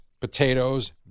potatoes